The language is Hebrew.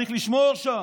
צריך לשמור שם,